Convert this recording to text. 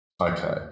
Okay